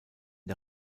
der